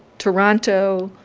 toronto,